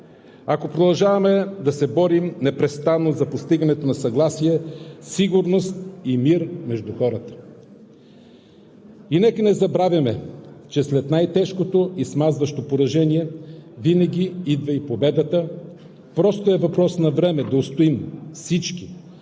ако продължаваме да се борим непрестанно за постигането на съгласие, сигурност и мир между хората. Нека не забравяме, че след най-тежкото и смазващо поражение винаги идва и победата. Просто е въпрос на време да устоим всички